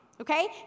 okay